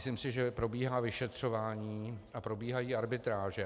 Myslím si, že probíhá vyšetřování a probíhají arbitráže.